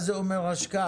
מה זה אומר השקעה?